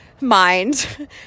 mind